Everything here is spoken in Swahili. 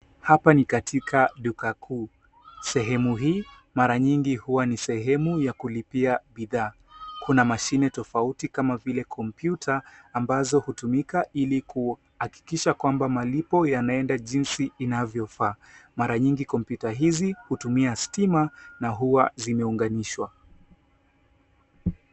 Hapa ni katika duka kuu. Sehemu hii mara nyingi huwa ni sehemu ya kulipia bidhaa. Kuna mashine tofauti kama vile kompyuta ambazo hutumika ili kuhakikisha kwamba malipo yanaenda jinsi inavyofaa. Mara nyingi kompyuta hizi hutumia stima na huwa zimeunganishwa.